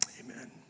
Amen